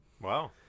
wow